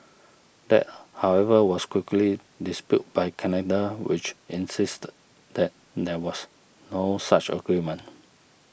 that however was quickly disputed by Canada which insisted that there was no such agreement